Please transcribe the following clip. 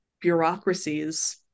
bureaucracies